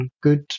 good